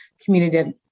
community